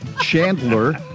Chandler